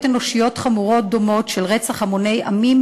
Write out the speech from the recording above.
אנושיות חמורות דומות של רצח המוני עמים,